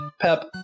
pep